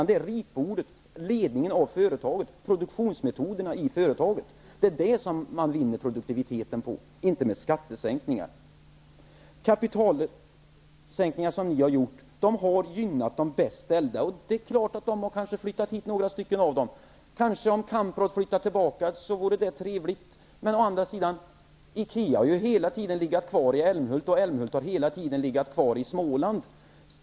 Det är på ritbordet, med ledningen av företaget och med produktionsmetoderna i företaget som man vinner produktiviteten, inte med skattesänkningar. Kapitalskattesänkningar som ni genomfört har gynnat de bäst ställda. Det är klart att några av dem har flyttat hit. Det vore kanske trevligt om Kamprad flyttade tillbaka. Men å andra sidan har ju Ikea hela tiden legat kvar i Älmhult, och Älmhult har hela tiden legat kvar i Småland.